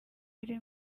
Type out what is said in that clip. iri